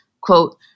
quote